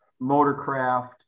Motorcraft